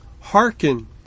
Hearken